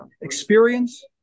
experience